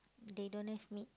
they don't have meat